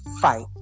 fight